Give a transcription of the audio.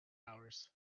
hours